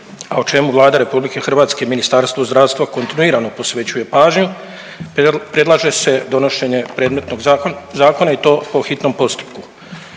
a o čemu Vlada Republike Hrvatske, Ministarstvo zdravstva kontinuirano posvećuje pažnju predlaže se donošenje predmetnog zakona i to po hitnom postupku.